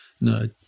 No